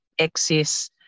access